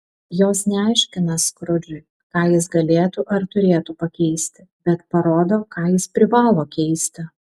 jos neaiškina skrudžui ką jis galėtų ar turėtų pakeisti bet parodo ką jis privalo keisti